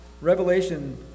Revelation